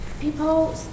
people